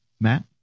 Matt